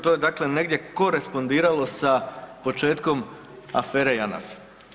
To je dakle negdje korespondiralo sa početkom afere JANAF.